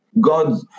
God